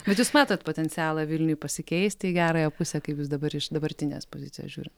bet jūs matot potencialą vilniui pasikeisti į gerąją pusę kaip jūs dabar iš dabartinės pozicijos žiūrit